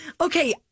Okay